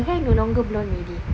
her hair no longer blonde already